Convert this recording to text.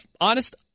honest